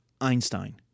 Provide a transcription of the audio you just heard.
Einstein